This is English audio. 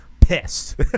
pissed